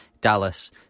Dallas